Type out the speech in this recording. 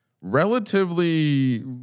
relatively